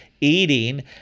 eating